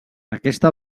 aquesta